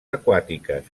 aquàtiques